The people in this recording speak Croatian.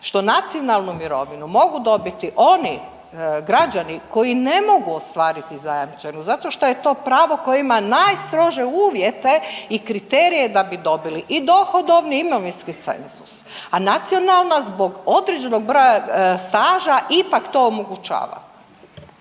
što nacionalnu mirovinu mogu dobiti oni građani koji ne mogu ostvariti zajamčenu zato što je to pravo koje ima najstrože uvjete i kriterije da bi dobili i dohodovni i imovinski cenzus. A nacionalna zbog određenog broja staža ipak to omogućava.